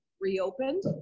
reopened